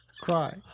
Cry